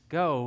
go